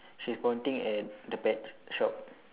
she's pointing at the pet shop